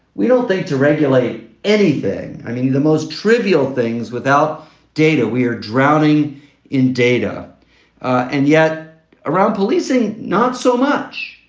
we don't think to regulate anything. i mean, the most trivial things without data, we are drowning in data and yet around policing, not so much.